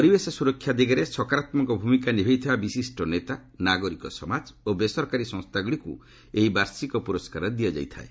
ପରିବେଶ ସୁରକ୍ଷା ଦିଗରେ ସକାରାତ୍ମକ ଭୂମିକା ନିଭାଇଥିବା ବିଶିଷ୍ଟ ନେତା ନାଗରିକ ସମାଜ ଓ ବେସରକାରୀ ସଂସ୍ଥାଗୁଡ଼ିକୁ ଏହି ବାର୍ଷିକ ପୁରସ୍କାର ଦିଆଯାଇଥାଏ